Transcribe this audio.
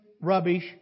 rubbish